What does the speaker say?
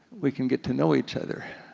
we can get to know each other.